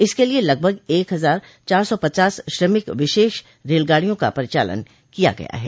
इसके लिये लगभग एक हजार एक सौ पचास श्रमिक विशेष रेलगाड़ियों का परिचालन किया गया है